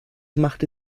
machte